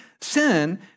sin